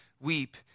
weep